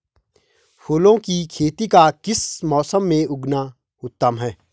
फूलों की खेती का किस मौसम में उगना उत्तम है?